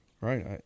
Right